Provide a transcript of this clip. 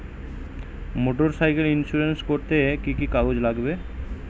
Motorcycle insurance করতে কি কি কাগজ লাগবে?